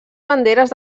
banderes